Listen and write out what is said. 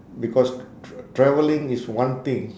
because tr~ travelling is one thing